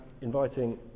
inviting